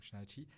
functionality